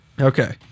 Okay